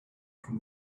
from